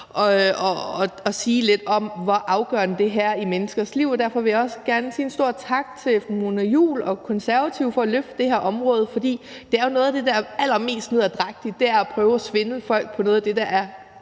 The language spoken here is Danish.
at sige lidt om, hvor afgørende det her er i menneskers liv, og derfor vil jeg også gerne sige en stor tak til fru Mona Juul og Konservative for at løfte det her område. For noget af det, der er allermest nederdrægtigt, er jo at prøve at svindle og narre